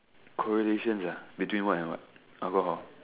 correlations ah between what and what alcohol